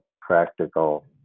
practical